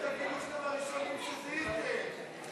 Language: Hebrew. ההסתייגות של קבוצת סיעת המחנה הציוני (יעל כהן-פארן) לסעיף תקציבי 07,